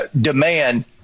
demand